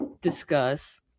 discuss